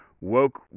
woke